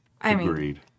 Agreed